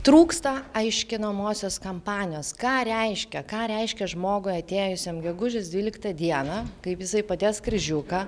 trūksta aiškinamosios kampanijos ką reiškia ką reiškia žmogui atėjusiam gegužės dvyliktą dieną kaip jisai padės kryžiuką